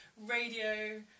radio